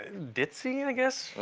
ditzy, i guess,